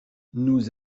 nous